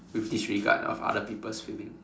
with disregard of other people's feeling